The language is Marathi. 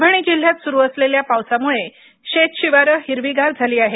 परभणी जिल्ह्यात सुरू असलेल्या पावसामुळे शेत शिवार हिरवीगार झाल आहे